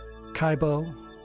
Kaibo